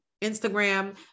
Instagram